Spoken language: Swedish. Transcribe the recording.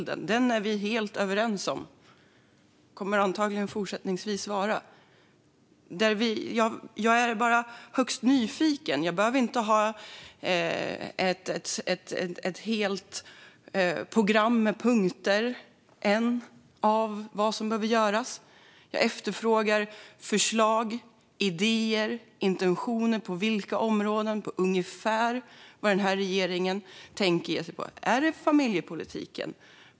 Den är vi helt överens om och kommer antagligen att fortsätta vara det. Jag är bara högst nyfiken. Jag behöver inte få ett helt program med punkter än över vad som behöver göras. Jag efterfrågar förslag, idéer, intentioner, på vilka områden och ungefär vad regeringen tänker ge sig på. Är det familjepolitiken?